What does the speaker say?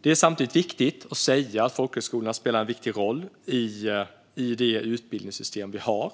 Det är samtidigt viktigt att säga att folkhögskolorna spelar en viktig roll i det utbildningssystem vi har,